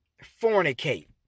fornicate